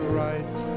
right